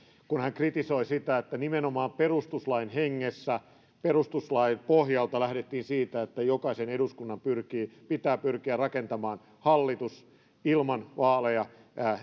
kun hän kritisoi sitä että nimenomaan perustuslain hengessä perustuslain pohjalta lähdettiin siitä että jokaisen eduskunnan pitää pyrkiä rakentamaan hallitus ilman vaaleja